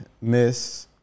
Miss